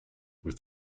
with